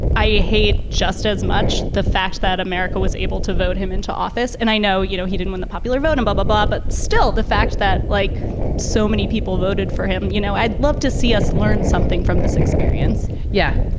i hate just as much the fact that america was able to vote him into office. and i know, you know, he did win the popular vote above the bar, but still, the fact that like so many people voted for him, you know, i'd love to see us learn something from this experience yeah.